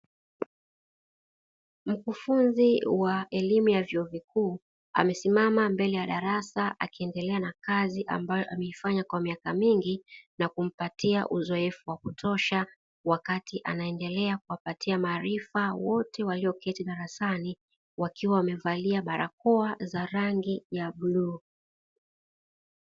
Mkufunzi wa elimu ya vyuo vikuu amesimama mbele ya darasa akiendelea na kazi ambayo ameifanya kwa miaka mingi na kumpatia uzoefu wa kutosha, wakati anaendelea kuwapatia maarifa wote walioketi darasani wakiwa wamevalia barakoa za rangi ya bluu.